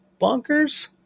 bonkers